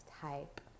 type